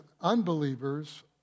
unbelievers